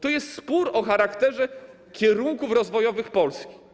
To jest spór o charakterze kierunków rozwojowych Polski.